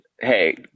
hey